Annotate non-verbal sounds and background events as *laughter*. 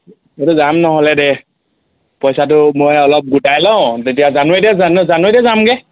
*unintelligible* সেইটো যাম নহ'লে দেই পইচাটো মই অলপ গোটাই লওঁ তেতিয়া জানুৱাৰীতে জানুৱাৰীতে যামগৈ